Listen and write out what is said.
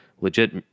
legit